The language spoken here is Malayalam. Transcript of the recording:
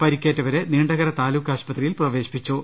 പരിക്കേറ്റവരെ നീണ്ടകര താലൂക്ക് ആശുപത്രിയിൽ പ്രവേശിപ്പിച്ചു